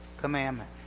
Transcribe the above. commandment